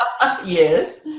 Yes